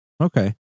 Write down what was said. Okay